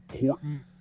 important